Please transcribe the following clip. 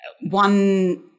One